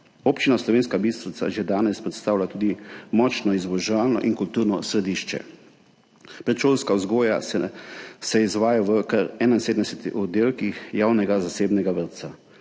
Občina Slovenska Bistrica že danes predstavlja tudi močno izobraževalno in kulturno središče. Predšolska vzgoja se izvaja v kar 71 oddelkih javnega in zasebnega vrtca,